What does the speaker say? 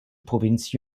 provinz